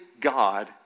God